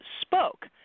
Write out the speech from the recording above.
spoke